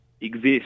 exist